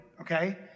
okay